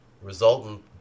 resultant